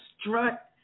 Strut